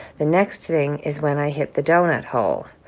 the next thing is when i hit the donut hole.